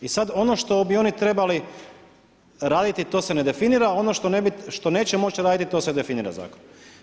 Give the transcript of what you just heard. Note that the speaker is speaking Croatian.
I sad ono što bi oni trebali raditi to se ne definira, ono što neće moći raditi to se definira zakonom.